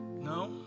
No